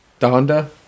Donda